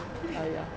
oh ya